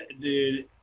Dude